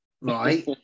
right